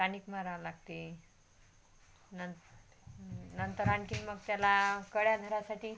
टानिक मारावं लागते नं नंतर आणखीन मग त्याला कळ्या धरण्यासाठी